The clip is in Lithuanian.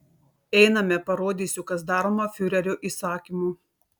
einame parodysiu kas daroma fiurerio įsakymu